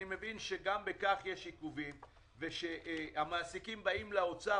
אני מבין שגם בכך יש עיכובים וכשהמעסיקים באים לאוצר